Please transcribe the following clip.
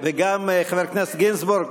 חבר הכנסת גינזבורג,